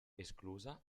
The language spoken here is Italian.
esclusa